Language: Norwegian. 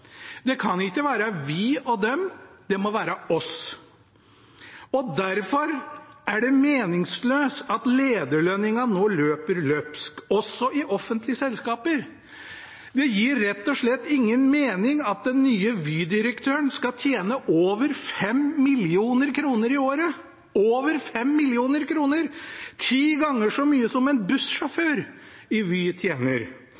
Det kan ikke være vi og dem, det må være oss. Derfor er det meningsløst at lederlønningene nå løper løpsk, også i offentlige selskaper. Det gir rett og slett ingen mening at den nye Vy-direktøren skal tjene over 5 mill. kr i året – ti ganger så mye som en